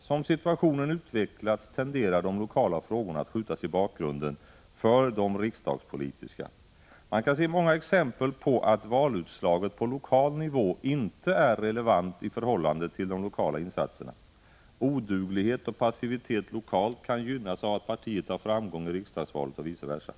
Som situationen utvecklats tenderar de lokala frågorna att skjutas i bakgrunden för de riksdagspolitiska. Man kan se många exempel på att valutslaget på lokal nivå inte är relevant i förhållande till de lokala insatserna. Oduglighet och passivitet lokalt kan gynnas av att partiet har framgång i riksdagsvalet och vice versa. Prot.